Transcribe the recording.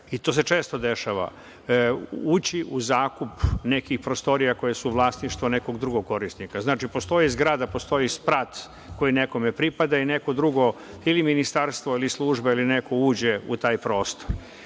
i to se često dešava ući u zakup nekih prostorija koje su vlasništvo nekog drugog korisnika. Znači, postoji zgrada, postoji sprat koji nekome pripada i neko drugo ili ministarstvo ili služba uđe u taj prostor.